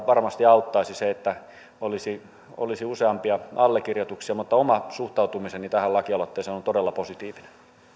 varmasti auttaisi se että olisi olisi useampia allekirjoituksia oma suhtautumiseni tähän lakialoitteeseen on on todella positiivinen